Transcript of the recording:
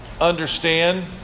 understand